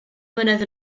mlynedd